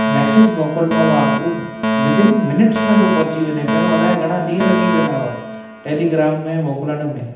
message मोकिलिणो आहे उहो विदिन मिन्टस में थो पहुची वञे पहिरियों अलाए घणा ॾींहं लॻी वेंदा हुआ टेलीग्राम में मोकिलण में